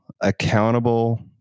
accountable